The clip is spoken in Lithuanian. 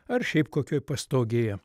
ar šiaip kokioj pastogėje